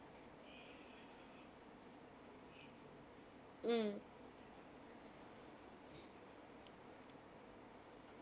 mm